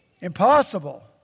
impossible